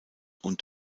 und